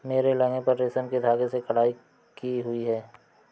मेरे लहंगे पर रेशम के धागे से कढ़ाई की हुई है